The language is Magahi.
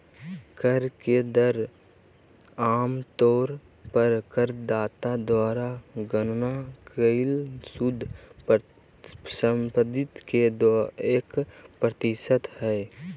कर के दर आम तौर पर करदाता द्वारा गणना कइल शुद्ध संपत्ति के एक प्रतिशत हइ